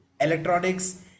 electronics